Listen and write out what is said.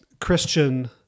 Christian